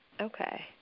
Okay